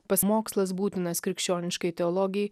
pas mokslas būtinas krikščioniškai teologijai